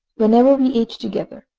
whenever we ate together.